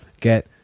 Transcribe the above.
get